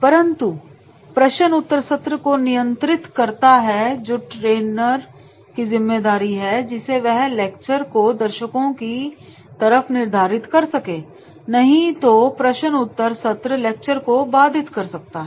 परंतु यह प्रश्न उत्तर सत्र को नियंत्रित करता है जो ट्रेन की जिम्मेदारी है जिससे कि वह लेक्चर को दर्शकों की तरफ निर्धारित कर सके नहीं तो प्रश्नोत्तर सत्र लेक्चर को बाधित कर सकता है